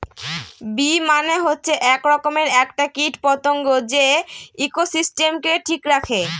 bee মানে হচ্ছে এক রকমের একটা কীট পতঙ্গ যে ইকোসিস্টেমকে ঠিক রাখে